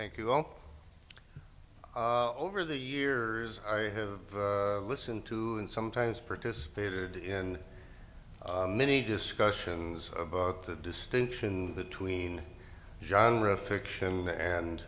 thank you all over the years i have listened to and sometimes participated in many discussions about the distinction between john read fiction and